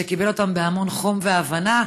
שקיבל אותם בהמון חום והבנה.